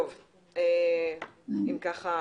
אם ככה,